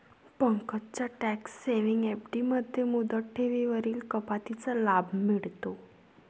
पंकजला tax saving FD मध्ये मुदत ठेवींवरील कपातीचा लाभ मिळतो